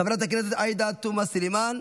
חברת הכנסת עאידה תומא סלימאן,